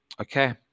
okay